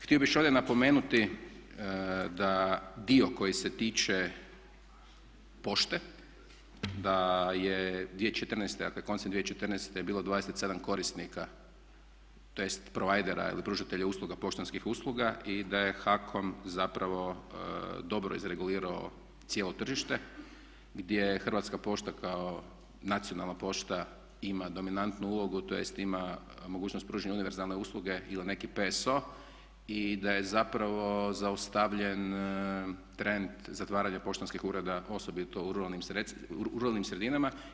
Htio bi još ovdje napomenuti da dio koji se tiče pošte da je 2014., dakle koncem 2014.bilo 27 korisnika tj. provajdera ili pružatelja usluga poštanskih usluga i da je HAKOM zapravo dobro izregulirao cijelo tržište gdje je Hrvatska pošta kao nacionalna pošta ima dominantu ulogu tj. ima mogućnost pružanja univerzalne usluge ili neki PSO i da je zapravo zaustavljen trend zatvaranja poštanskih ureda osobito u ruralnim sredinama.